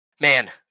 Man